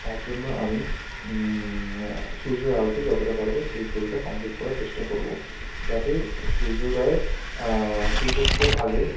তার জন্য আমি সূর্যের আলোতে যতটা পারব সেই ছবিটা কমপ্লিট করার চেষ্টা করব যাতে সূর্যোদয় সূর্যাস্তর আগে